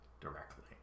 directly